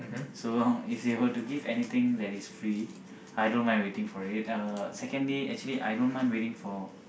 so long if they were to give anything that is free I don't mind waiting for it uh secondly actually I don't mind waiting for